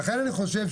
לכן אני חושב,